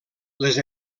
les